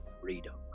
freedom